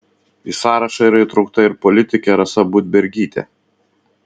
į sąrašą yra įtraukta ir politikė rasa budbergytė